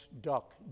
duck